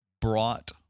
brought